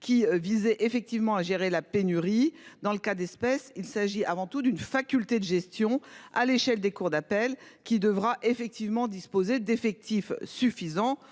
qui visait effectivement à gérer la pénurie. Dans le cas d'espèce, il s'agit avant tout d'une faculté de gestion à l'échelle des cours d'appel qui devra effectivement disposer d'effectifs suffisants,